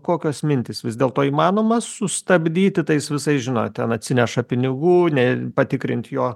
kokios mintys vis dėlto įmanoma sustabdyti tais visais žinot ten atsineša pinigų ne patikrint jo